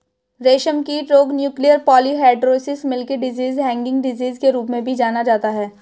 रेशमकीट रोग nuclear polyhedrosis, milky disease, hanging disease के रूप में भी जाना जाता है